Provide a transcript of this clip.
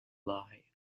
lie